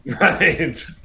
Right